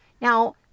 Now